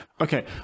okay